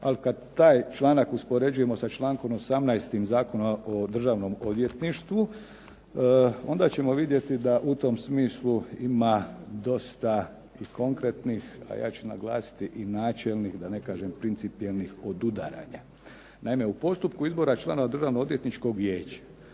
ali kad taj članak uspoređujemo sa člankom 18. Zakona o Državnom odvjetništvu, onda ćemo vidjeti da u tom smislu ima dosta i konkretnih, a ja ću naglasiti i načelnih, da ne kažem principijelnih odudaranja. Naime u postupku izbora članova Državnoodvjetničkog vijeća,